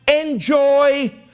enjoy